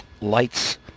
lights